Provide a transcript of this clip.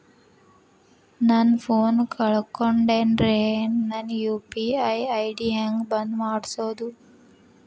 ನನ್ನ ಫೋನ್ ಕಳಕೊಂಡೆನ್ರೇ ನನ್ ಯು.ಪಿ.ಐ ಐ.ಡಿ ಹೆಂಗ್ ಬಂದ್ ಮಾಡ್ಸೋದು?